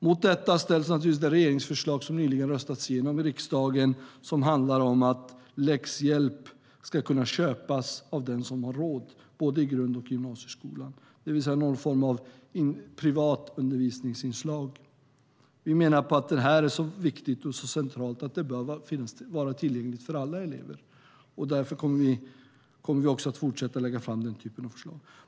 Mot detta ställs naturligtvis det regeringsförslag som nyligen röstats igenom i riksdagen som handlar om att läxhjälp ska kunna köpas av den som har råd både i grund och i gymnasieskolan, det vill säga någon form av privatundervisningsinslag. Vi menar att detta är så viktigt och så centralt att det bör vara tillgängligt för alla elever, och därför kommer vi att fortsätta att lägga fram den typen av förslag.